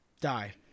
Die